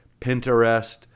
Pinterest